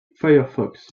firefox